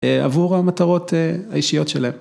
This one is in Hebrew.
עבור המטרות האישיות שלהם.